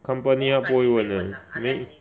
company 它不会问的你